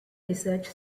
research